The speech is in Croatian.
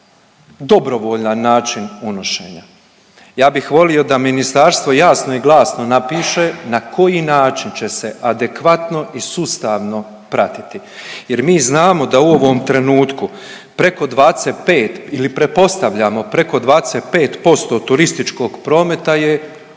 dobrovoljan način unošenja. Ja bih volio da ministarstvo jasno i glasno napiše na koji način će se adekvatno i sustavno pratiti. Jer mi znamo da u ovom trenutku preko 25 ili pretpostavljamo